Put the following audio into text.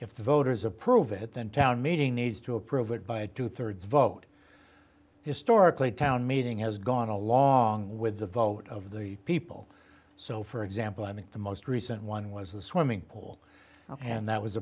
the voters approve it then town meeting needs to approve it by two thirds vote historically town meeting has gone along with the vote of the people so for example i think the most recent one was the swimming pool and that was